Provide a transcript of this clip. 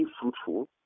fruitful